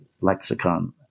lexicon